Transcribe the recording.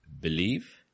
believe